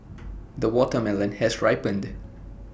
the watermelon has ripened